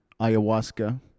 ayahuasca